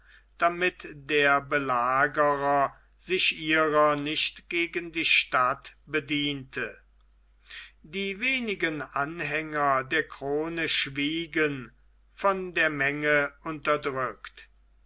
damit der belagerer sich ihrer nicht gegen die stadt bediente die wenigen anhänger der krone schwiegen von der menge unterdrückt